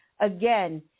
Again